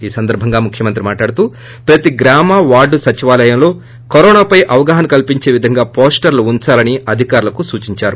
ఈ సందర్బంగా ముఖ్యమంత్రి మాట్లాడుతూ ప్రతి గ్రామ వార్డు సచివాలయాల్లో కరోనాపై అవగాహన కల్పించే విధంగా పోస్టర్లు ఉందాలని అధికారులకు సూచిందారు